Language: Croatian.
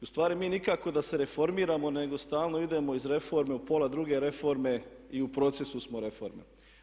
Ustvari mi nikako da se reformiramo nego stalno idemo iz reforme u pola druge reforme i u procesu smo reforme.